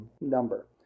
number